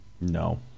No